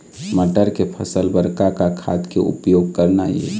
मटर के फसल बर का का खाद के उपयोग करना ये?